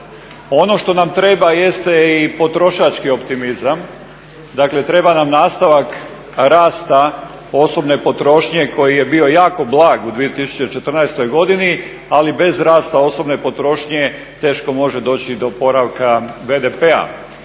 Ono što nam treba jeste i potrošački optimizam, dakle treba nam nastavak rasta osobne potrošnje koji je bio jako blag u 2014. godini ali bez raste osobne potrošnje teško može doći do oporavka BDP-a.